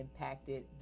impacted